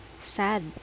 sad